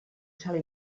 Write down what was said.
salt